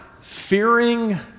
fearing